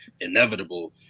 inevitable